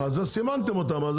אז איך סימנתם אותם?